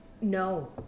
No